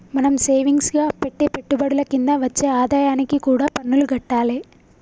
మనం సేవింగ్స్ గా పెట్టే పెట్టుబడుల కింద వచ్చే ఆదాయానికి కూడా పన్నులు గట్టాలే